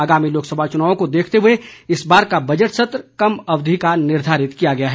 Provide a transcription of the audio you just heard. आगामी लोकसभा चुनाव को देखते हुए इस बार का बजट सत्र कम अवधि का निर्धारित किया गया है